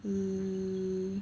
um